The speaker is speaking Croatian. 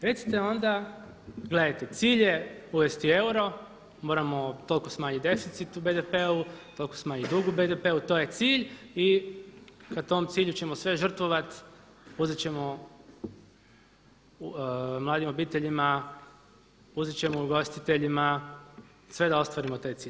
Recite onda, gledajte cilj je uvesti euro, moramo toliko smanjiti deficit u BDP-u, toliko smanjiti dug u BDP-u to je cilj i ka tom cilju ćemo sve žrtvovati, uzet ćemo mladim obiteljima, uzet ćemo ugostiteljima sve da ostvarimo taj cilj.